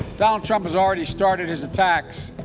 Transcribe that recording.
donald trump has already started his attacks.